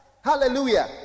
Hallelujah